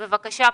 פרופ'